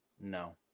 No